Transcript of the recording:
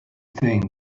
thing